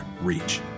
reach